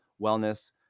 wellness